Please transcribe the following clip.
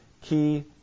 key